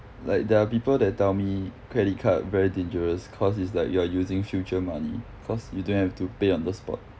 like there are people that tell me credit card very dangerous cause it's like you are using future money cause you don't have to pay on the spot